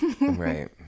right